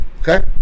Okay